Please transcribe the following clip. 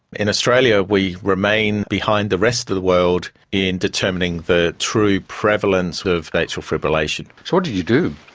in australia we remain behind the rest of the world in determining the true prevalence of atrial fibrillation. so what did you do?